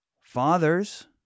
fathers